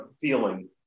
feeling